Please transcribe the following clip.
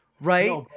Right